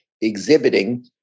exhibiting